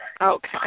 Okay